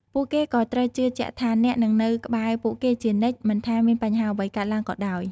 ពួកគេក៏ត្រូវជឿជាក់ថា អ្នកនឹងនៅក្បែរពួកគេជានិច្ច មិនថាមានបញ្ហាអ្វីកើតឡើងក៏ដោយ។